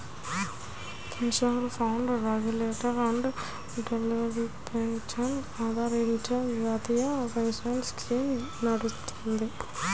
pension fund regulatory and development అథారిటీచే జాతీయ pension system నడుత్తది